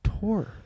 tour